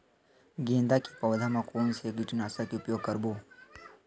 गेंदा के पौधा म कोन से कीटनाशक के उपयोग करबो?